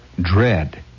dread